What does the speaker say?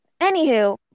Anywho